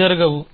జరగవు